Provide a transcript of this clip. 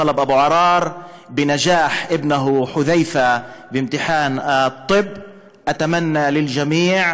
טלב אבו עראר לרגל הצלחת בנו חוד'יפה במבחן הרפואה.